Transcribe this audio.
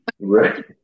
Right